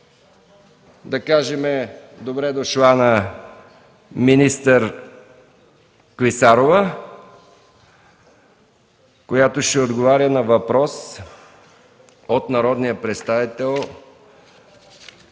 Да кажем „Добре дошла!” на министър Клисарова, която ще отговаря на въпрос от народния представител